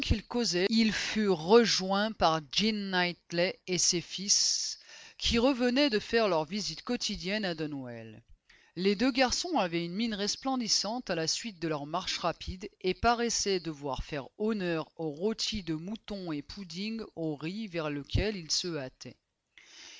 causaient ils furent rejoints par m jean knightley et ses fils qui revenaient de faire leur visite quotidienne à donwell les deux garçons avaient une mine resplendissante à la suite de leur marche rapide et paraissaient devoir faire honneur au rôti de mouton et au pudding au riz vers lesquels ils se